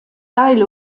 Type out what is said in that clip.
auch